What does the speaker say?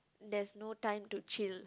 there's no time to chill